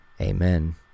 amen